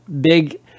big